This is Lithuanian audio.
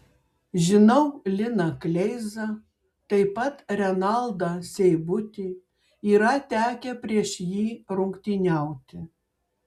žinau liną kleizą taip pat renaldą seibutį yra tekę prieš jį rungtyniauti